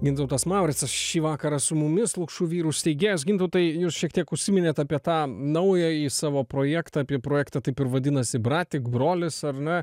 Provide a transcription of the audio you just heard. gintautas mauricas šį vakarą su mumis lukšų vyrų steigėjas gintautai jūs šiek tiek užsiminėt apie tą naująjį savo projektą apie projektą taip ir vadinasi bratik brolis ar ne